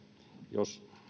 jos